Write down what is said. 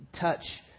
touch